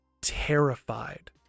terrified